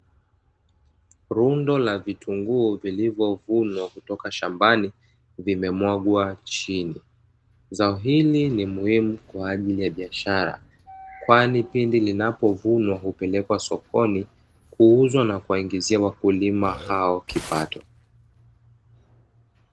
Rundo la vitunguu vilivyovunwa kutoka shambani limemwagwa chini. Zao hili ni muhimu kwa ajili ya biashara, kwani pindi linapovunwa hupelekwa sokoni, kuuzwa na kuingizia wakulima hao kipato.